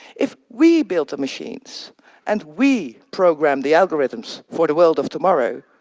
if we build the machines and we program the algorithms for the world of tomorrow,